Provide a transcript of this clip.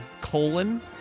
colon